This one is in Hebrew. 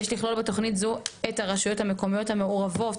יש לכלול בתוכנית זו את הרשויות המקומיות המעורבות,